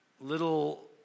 little